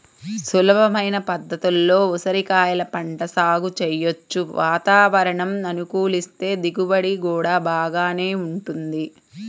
సులభమైన పద్ధతుల్లో ఉసిరికాయల పంట సాగు చెయ్యొచ్చు, వాతావరణం అనుకూలిస్తే దిగుబడి గూడా బాగానే వుంటది